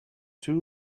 two